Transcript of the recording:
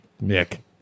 Nick